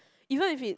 even if it